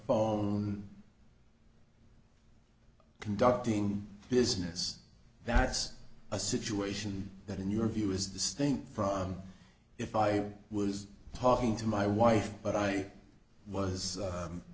phone conducting business that's a situation that in your view is distinct from if i was talking to my wife but i was